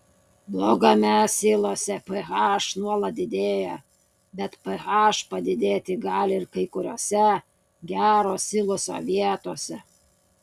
blogame silose ph nuolat didėja bet ph padidėti gali ir kai kuriose gero siloso vietose